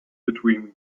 between